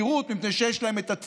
מפני שיש להם את המהירות,